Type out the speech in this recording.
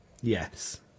Yes